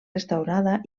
restaurada